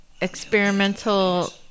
experimental